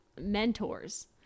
mentors